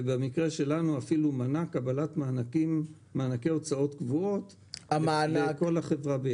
במקרה שלנו הוא אפילו מנע קבלת מענקי הוצאות קבועות לכל החברה.